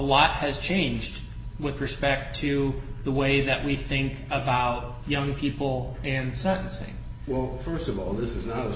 lot has changed with respect to the way that we think about young people and sentencing will st of all this is